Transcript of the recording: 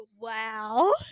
Wow